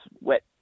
wet